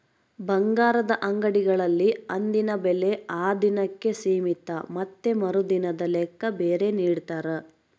ಬಂಗಾರದ ಅಂಗಡಿಗಳಲ್ಲಿ ಅಂದಿನ ಬೆಲೆ ಆ ದಿನಕ್ಕೆ ಸೀಮಿತ ಮತ್ತೆ ಮರುದಿನದ ಲೆಕ್ಕ ಬೇರೆ ನಿಡ್ತಾರ